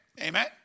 Amen